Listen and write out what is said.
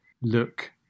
look